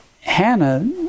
Hannah